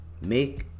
Make